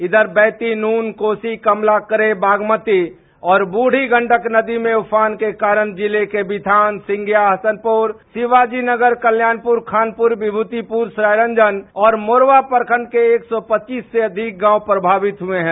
इधर वैती नून कोसी कमला करेह बागमती और बूढ़ी गंडक नदी में उफान के कारण जिले के बिथान सिंधिया हसनपुर शिवाजीनगर कल्याणपुर खानपुर विमूतिपुर सरायरजन और मोरवा प्रखंड के एक सौ पच्चीस से अधिक गांव प्रमावित हुये हैं